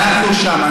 אנחנו שם.